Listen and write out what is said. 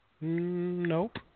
nope